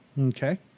Okay